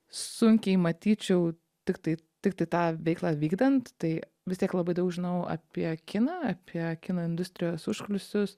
sunkiai matyčiau tiktai tiktai tą veiklą vykdant tai vis tiek labai daug žinau apie kiną apie kino industrijos užkulisius